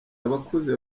abakuze